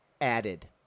added